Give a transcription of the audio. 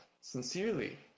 sincerely